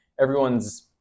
Everyone's